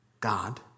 God